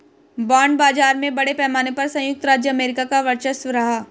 bond बाजार में बड़े पैमाने पर सयुक्त राज्य अमेरिका का वर्चस्व रहा है